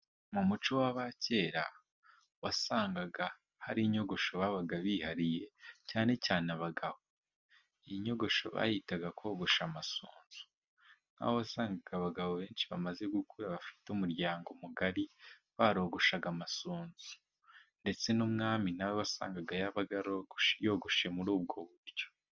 Mu muco w'abakera, wasangaga hari inyogosho babaga bihariye cyane cyane abagabo. Iyi nyogosho bayitaga kogosha amasunzu, aho wasangaga abagabo benshi bamaze gukura, bafite umuryango mugari, barogoshaga amasunzu, ndetse n'umwami nawe wasangaga yarabaga yogoshe muri ubwo buryo.